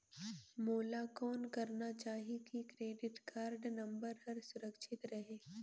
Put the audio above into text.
मोला कौन करना चाही की क्रेडिट कारड नम्बर हर सुरक्षित रहे?